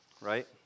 right